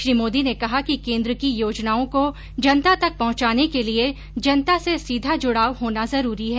श्री मोदी ने कहा कि केन्द्र की योजनाओं को जनता तक पहुंचाने के लिए जनता से सीधा जुड़ाव होना जरूरी है